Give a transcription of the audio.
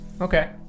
Okay